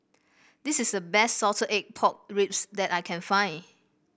this is the best Salted Egg Pork Ribs that I can find